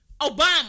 Obama